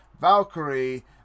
Valkyrie